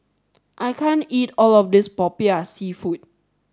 I can't eat all of this Popiah seafood